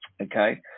okay